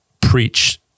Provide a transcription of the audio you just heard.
preach